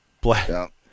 Black